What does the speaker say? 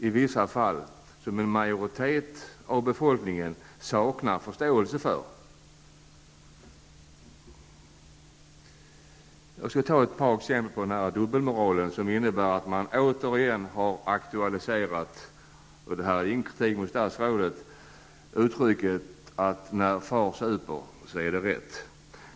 I vissa fall saknar en majoritet av befolkningen förståelse för dessa. Jag vill anföra ett par exempel på dubbelmoral som gör att följande uttryck -- det här är inte kritik mot statsrådet -- återigen har aktualiserats: När far super är det rätt.